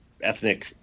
ethnic